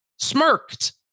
Smirked